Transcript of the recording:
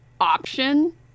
option